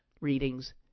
readings